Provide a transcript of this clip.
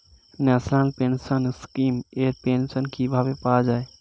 National pension scheme এর pension কিভাবে পাওয়া যায়?